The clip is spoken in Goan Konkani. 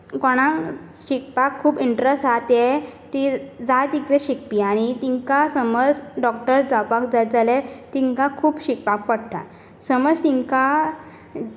कोणाक शिकपाक खूब इंट्रस्ट आसा ते ती जाय तितले शिकपी आनी तांकां समज डॉक्टर जावपाक जाय जाल्यार तांकां खूब शिकपाक पडटा समज तांकां